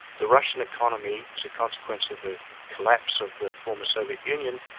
the russian economy as a consequence of the collapse of the former soviet union,